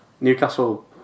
Newcastle